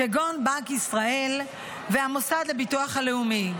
כגון בנק ישראל והמוסד לביטוח הלאומי.